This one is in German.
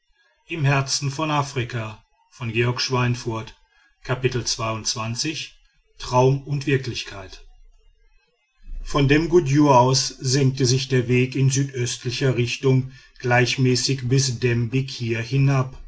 von dem gudju aus senkte sich der weg in südöstlicher richtung gleichmäßig bis dem bekir hinab